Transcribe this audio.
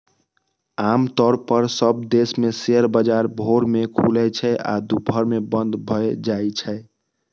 आम तौर पर सब देश मे शेयर बाजार भोर मे खुलै छै आ दुपहर मे बंद भए जाइ छै